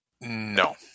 No